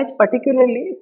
particularly